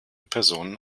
personen